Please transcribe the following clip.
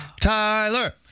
Tyler